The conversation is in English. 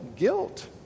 guilt